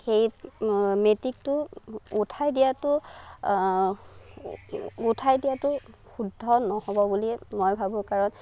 সেই মেট্ৰিকটো উঠাই দিয়াতো উঠাই দিয়াতো শুদ্ধ নহ'ব বুলিয়ে মই ভাবোঁ কাৰণ